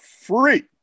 free